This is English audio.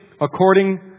according